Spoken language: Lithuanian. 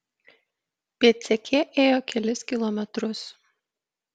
pėdsekė ėjo kelis kilometrus